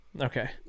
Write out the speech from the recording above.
okay